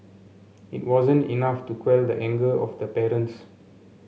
it wasn't enough to quell the anger of the parents